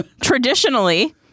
traditionally